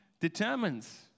determines